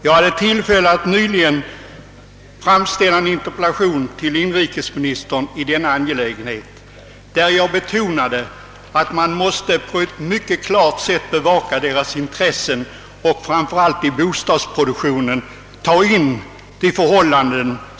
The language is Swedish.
Jag hade nyligen tillfälle att framställa en interpellation till inrikesministern i denna angelägenhet där jag betonade att de ensamståendes intressen noga måste bevakas och att framför allt hänsyn tas till dem i bostadsproduktionen.